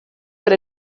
per